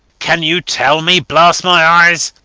can you tell me? blast my eyes!